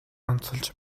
онцолж